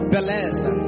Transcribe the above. Beleza